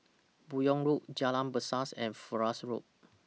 Buyong Road Jalan Berseh and Florence Road